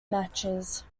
matches